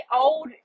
old